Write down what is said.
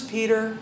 Peter